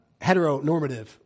heteronormative